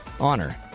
honor